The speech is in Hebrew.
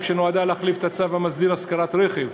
שנועדה להחליף את הצו המסדיר השכרת רכב,